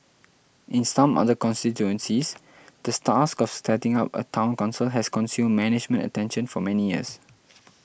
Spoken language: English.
in some other constituencies the stask of setting up a Town Council has consumed management attention for many years